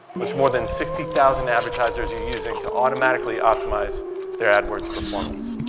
which more than sixty thousand advertisers are using to automatically optimize their adwords performance.